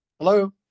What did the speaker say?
hello